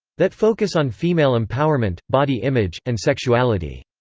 that focus on female empowerment, body image, and sexuality.